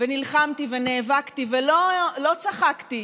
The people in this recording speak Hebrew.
נלחמתי ונאבקתי, ולא צחקתי,